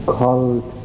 called